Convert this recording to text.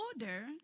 order